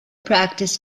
practice